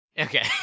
Okay